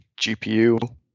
GPU